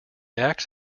acts